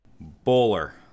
Bowler